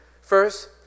First